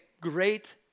great